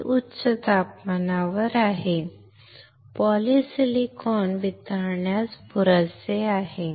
ते उच्च तापमानावर आहे पॉलीसिलिकॉन वितळण्यास पुरेसे आहे